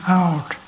out